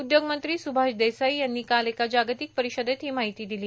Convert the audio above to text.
उद्योगमंत्री सुभाष देसाई यांनी काल एका जागतिक परिषदेत ही माहिती दिली